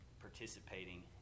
participating